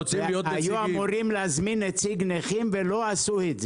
היו אמורים להזמין נציג של הנכים אך לא עשו את זה.